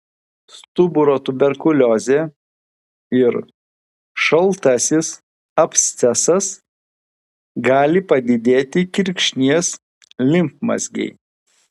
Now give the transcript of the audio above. stuburo tuberkuliozė ir šaltasis abscesas gali padidėti kirkšnies limfmazgiai